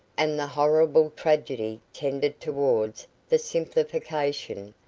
and the horrible tragedy tended towards the simplification,